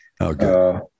Okay